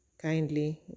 Kindly